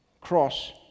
cross